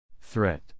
Threat